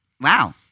Wow